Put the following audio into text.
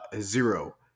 Zero